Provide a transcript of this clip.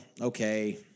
okay